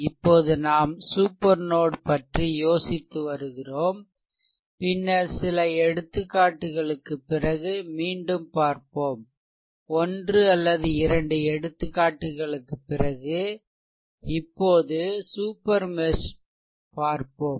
இப்போது நாம் super node பற்றி யோசித்து வருகிறோம் பின்னர் சில எடுத்துக்காட்டுகளுக்குப் பிறகு மீண்டும் பார்ப்போம் ஒன்று அல்லது இரண்டு எடுத்துக்காட்டுகளுக்குப் பிறகு இப்போது சூப்பர் மெஷ் பார்ப்போம்